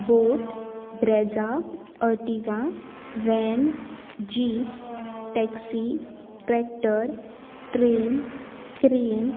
boat Brezza Ertiga van jeep taxi tractor train crane